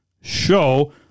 show